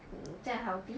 mm 这样 healthy